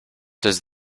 does